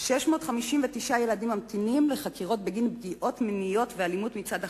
659 ילדים ממתינים לחקירות בגין פגיעות מיניות ואלימות מצד אחראי.